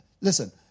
Listen